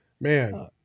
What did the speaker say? man